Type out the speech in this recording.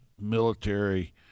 military